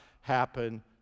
happen